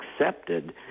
accepted